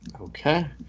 Okay